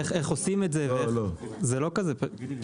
ואיך עושים את זה, זה מורכב.